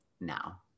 now